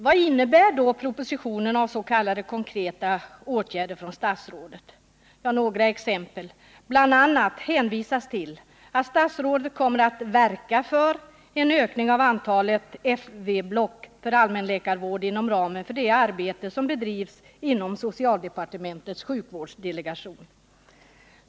Vad innebär propositionen när det gäller s.k. konkreta åtgärder? Bl. a. hänvisas till att statsrådet ”kommer att verka för en ökning av antalet FV-block för allmänläkarvård inom ramen för det arbete som bedrivs inom socialdepartementets sjukvårdsdelegation”.